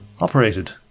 operated